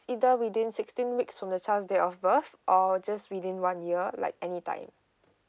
it's either within sixteen weeks from the child's date of birth or just within one year like anytime